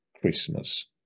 Christmas